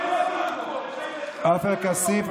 עופר כסיף,